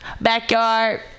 backyard